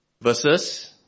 versus